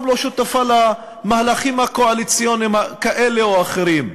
לא שותפה למהלכים קואליציוניים כאלה ואחרים?